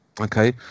Okay